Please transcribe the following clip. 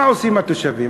מה עושים התושבים?